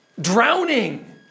drowning